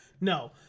no